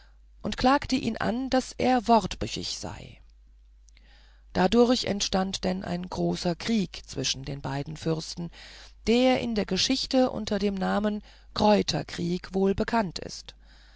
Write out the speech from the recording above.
und klagte ihn an daß er wortbrüchig sei dadurch entstand denn ein großer krieg zwischen beiden fürsten der in der geschichte unter dem namen kräuterkrieg wohlbekannt ist